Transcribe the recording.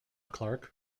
clarke